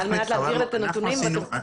בבקשה.